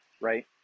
right